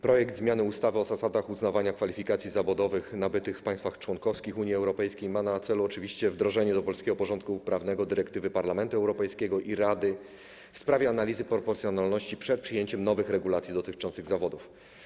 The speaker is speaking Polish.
Projekt zmiany ustawy o zasadach uznawania kwalifikacji zawodowych nabytych w państwach członkowskich Unii Europejskiej ma na celu wdrożenie do polskiego porządku prawnego dyrektywy Parlamentu Europejskiego i Rady w sprawie analizy proporcjonalności przed przyjęciem nowych regulacji dotyczących zawodów.